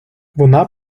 вона